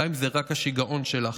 גם אם זה רק השיגעון שלך,